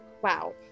wow